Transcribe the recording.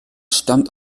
stammt